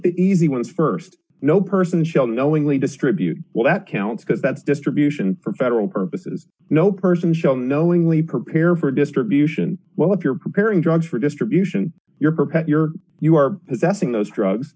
the easy ones st no person shall knowingly distribute well that counts because that's distribution for federal purposes no person shall knowingly prepare for distribution well if you're preparing drugs for distribution your pet your you are possessing those drugs